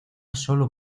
solo